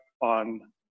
on